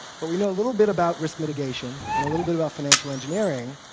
but we know a little bit about risk mitigation and a little bit about financial engineering,